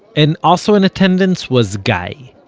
and also in attendance was guy,